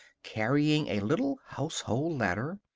carrying a little household ladder,